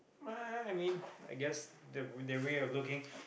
I mean I guess the the way of looking